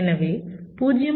எனவே 0